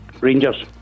Rangers